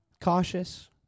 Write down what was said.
Cautious